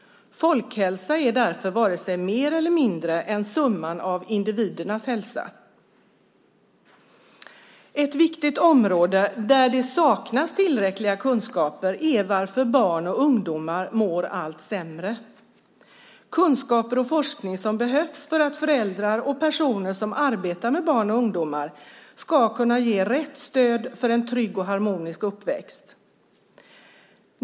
Folkhälsa är därför varken mer eller mindre än summan av individernas hälsa. Ett viktigt område där det saknas tillräckliga kunskaper är varför barn och ungdomar mår allt sämre. Här behövs kunskap och forskning för att föräldrar och personer som arbetar med barn och ungdomar ska kunna ge rätt stöd för en trygg och harmonisk uppväxt.